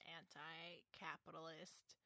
anti-capitalist